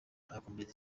ayakomereza